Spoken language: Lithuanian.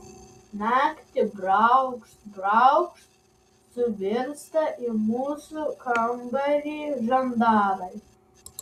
naktį braukšt braukšt suvirsta į mūsų kambarį žandarai